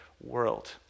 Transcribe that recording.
world